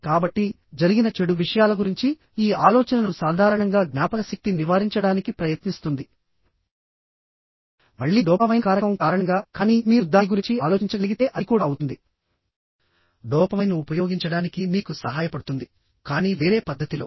కాబట్టిజరిగిన చెడు విషయాల గురించి ఈ ఆలోచనను సాధారణంగా జ్ఞాపకశక్తి నివారించడానికి ప్రయత్నిస్తుంది మళ్ళీ డోపామైన్ కారకం కారణంగా కానీ మీరు దాని గురించి ఆలోచించగలిగితే అది కూడా అవుతుంది డోపమైన్ను ఉపయోగించడానికి మీకు సహాయపడుతుంది కానీ వేరే పద్ధతిలో